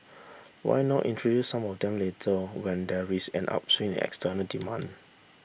why not introduce some of them later when there is an upswing external demand